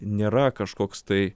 nėra kažkoks tai